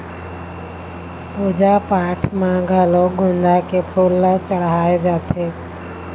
पूजा पाठ म घलोक गोंदा के फूल ल चड़हाय जाथे